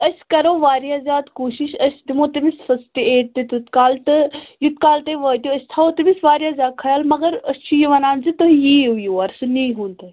أسۍ کَرو واریاہ زیادٕ کوٗشِش أسۍ دِمو تٔمِس فٔسٹہٕ ایٚڈ تہِ تیٛوٗت کال تہٕ یوٗت کال تُہۍ وٲتِو أسۍ تھاوو تٔمِس واریاہ زیادٕ خیال مگر أسۍ چھِ یہِ وَنان زِ تُہۍ یِیو یور سُہ نِیٖہوٗن تۄہہِ